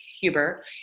Huber